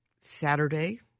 Saturday